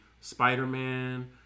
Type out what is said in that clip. Spider-Man